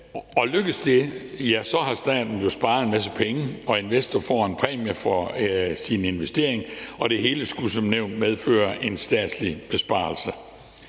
Lykkes det, har staten jo sparet en masse penge, og investor får en præmie for sin investering, og det hele skulle som nævnt medføre en statslig besparelse.